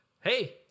Hey